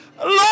Lord